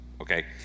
okay